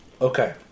Okay